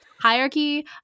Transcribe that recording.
Hierarchy